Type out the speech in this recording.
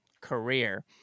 career